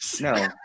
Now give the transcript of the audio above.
no